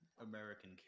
American